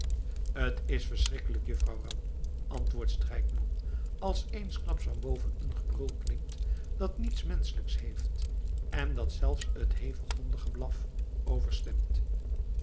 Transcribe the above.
t is verschrikkelijk juffrouw ram antwoordt strijkman als eensklaps van boven een gebrul klinkt dat niets menschelijks heeft en dat zelfs t hevig hondengeblaf